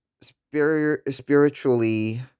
spiritually